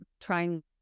trying